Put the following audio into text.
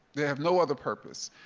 they have no other purpose.